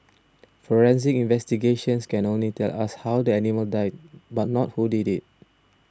forensic investigations can only tell us how the animal died but not who did it